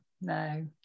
no